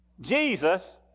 Jesus